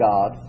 God